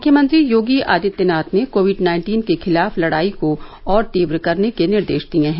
मुख्यमंत्री योगी आदित्यनाथ ने COVID nineteen के खिलाफ लड़ाई को और तीव्र करने के निर्देश दिए हैं